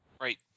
right